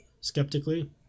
skeptically